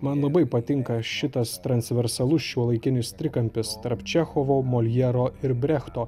man labai patinka šitas transversalus šiuolaikinis trikampis tarp čechovo moljero ir brechto